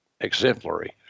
exemplary